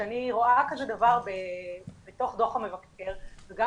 כשאני רואה כזה דבר בתוך דוח המבקר וגם